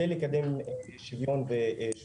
על מנת לקדם שיוויון ושותפות.